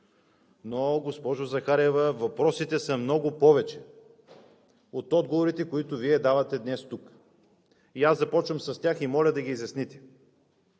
Но, госпожо Захариева, въпросите са много повече от отговорите, които Вие давате днес тук. Започвам с тях и моля да ги изясните.